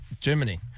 Germany